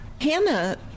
Hannah